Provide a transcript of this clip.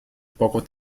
poco